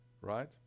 right